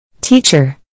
Teacher